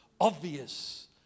obvious